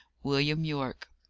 william yorke.